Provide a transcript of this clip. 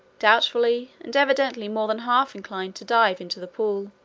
doubtfully, and evidently more than half inclined to dive into the pool.